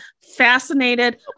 fascinated